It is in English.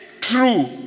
true